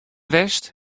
west